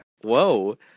Whoa